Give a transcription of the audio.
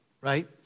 right